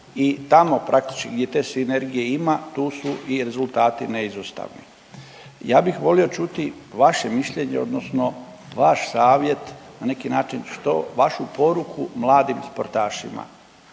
i tamo praktički gdje te sinergije ima, tu su i rezultati neizostavni. Ja bih volio čuti vaše mišljenje odnosno vaš savjet na neki način što vašu poruku mladim sportašima.